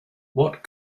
what